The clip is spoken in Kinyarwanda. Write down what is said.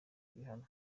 n’ibihano